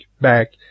back